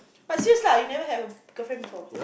but serious lah you never had a girlfriend before